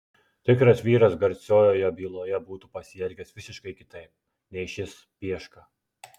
tikras vyras garsiojoje byloje būtų pasielgęs visiškai kitaip nei šis pieška